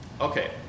Okay